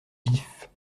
vifs